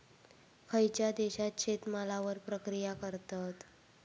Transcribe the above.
खयच्या देशात शेतमालावर प्रक्रिया करतत?